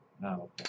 no